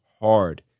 hard